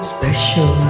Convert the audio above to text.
Special